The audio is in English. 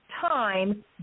time